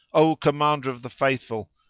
o commander of the faithful,